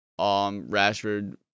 Rashford